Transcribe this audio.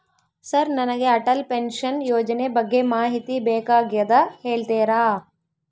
Sir ನನಗೆ Atal pension ಯೋಜನೆ ಬಗ್ಗೆ ಮಾಹಿತಿ ಬೇಕಾಗ್ಯದ ಹೇಳ್ತೇರಾ?